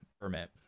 permit